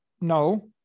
No